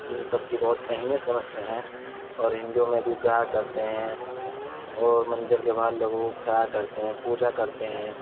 ان سب کی بہت اہمیت سمجھتے ہیں اور ہندوؤں میں بھی جایا کرتے ہیں اور مندر کے باہر لوگوں کو کھلایا کرتے ہیں پوجا کرتے ہیں